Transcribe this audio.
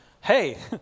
hey